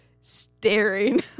staring